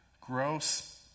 Gross